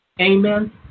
Amen